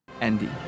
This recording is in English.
Andy